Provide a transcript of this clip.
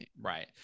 right